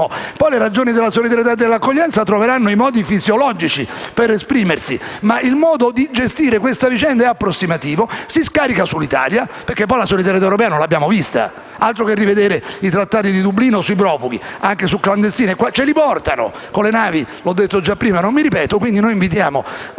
poi le ragioni della solidarietà e dell'accoglienza troveranno i modi fisiologici per esprimersi. Tuttavia, il modo di gestire questa vicenda è approssimativo e si scarica sull'Italia, perché la solidarietà europea non l'abbiamo vista. Altro che rivedere i trattati di Dublino sui profughi e sui clandestini, che portano con le navi, come ho già detto prima e non mi ripeto. Noi invitiamo, quindi, l'Assemblea